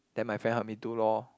then my friend help me do lor